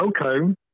okay